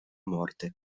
morte